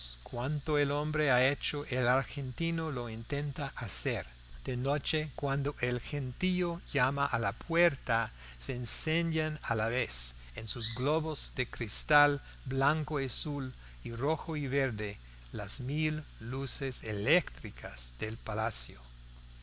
cuanto el hombre ha hecho el argentino lo intenta hacer de noche cuando el gentío llama a la puerta se encienden a la vez en sus globos de cristal blanco y azul y rojo y verde las mil luces eléctricas del palacio como